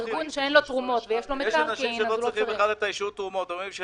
ארגון שאין לו תרומות ויש לו מקרקעין לא צריך אישור לעניין